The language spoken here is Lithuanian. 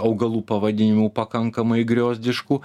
augalų pavadinimų pakankamai griozdiškų